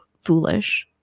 foolish